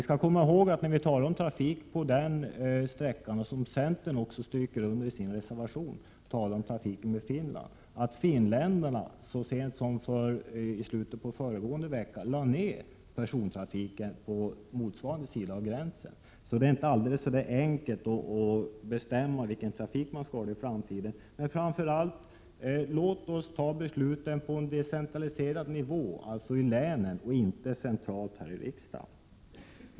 Trafiken på den här sträckan stryker också centern under i sin reservation, där man talar om trafiken med Finland. Men finländarna lade så sent som i slutet av föregående vecka ner persontrafiken på sin sida av gränsen. Det är alltså inte så enkelt att bestämma vilken trafik man skall ha i framtiden. Framför allt: Låt oss fatta beslut på en decentraliserad nivå — dvs. i länen — och inte centralt här i riksdagen.